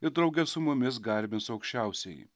ir drauge su mumis garbins aukščiausiąjį